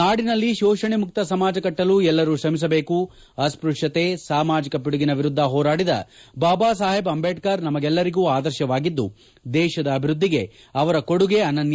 ನಾಡಿನಲ್ಲಿ ಶೋಷಣೆಮುಕ್ತ ಸಮಾಜ ಕಟ್ಟಲು ಎಲ್ಲರು ಶ್ರಮಿಸಬೇಕು ಅಸ್ತ್ರಶ್ಶತೆ ಸಾಮಾಜಕ ಪಿಡುಗಿನ ವಿರುದ್ಧ ಹೋರಾಡಿದ ಬಾಬಾ ಸಾಹೇಬ್ ಅಂಬೇಡ್ಕರ್ ನಮಗೆಲ್ಲರಿಗೂ ಆದರ್ಶವಾಗಿದ್ದು ದೇಶದ ಅಭಿವೃದ್ಧಿಗೆ ಅವರ ಕೊಡುಗೆ ಅನನ್ನ